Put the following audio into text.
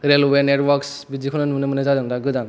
railway networks बिदिखौनो नुनो मोननाय जादों दा गोदान